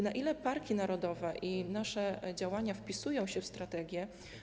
Na ile parki narodowe i nasze działania wpisują się w strategię.